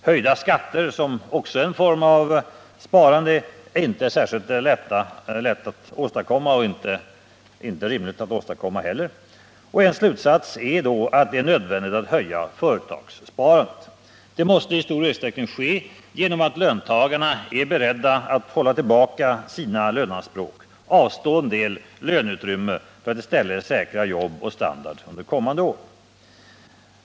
Höjda skatter, som också är en form av sparande, är inte särskilt lätt att åstadkomma. En slutsats är då att det är nödvändigt att höja företagens sparande. Det måste i stor utsträckning ske genom att löntagarna är beredda att hålla tillbaka sina löneanspråk, avstå en del löneutrymme för att i stället säkra jobb och standard under kommande år.